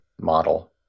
model